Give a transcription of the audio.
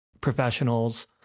professionals